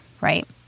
right